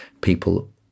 people